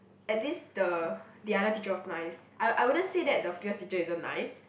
at least the the other teacher was nice I I wouldn't say that the fierce teacher isn't nice